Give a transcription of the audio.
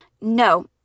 No